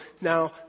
now